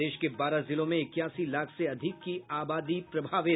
प्रदेश के बारह जिलों में इक्यासी लाख से अधिक की आबादी प्रभावित